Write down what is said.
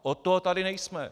Od toho tady nejsme.